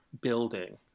building